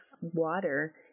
water